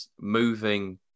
moving